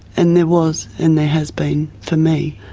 and there was, and there has been for me.